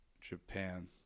Japan